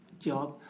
job,